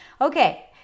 Okay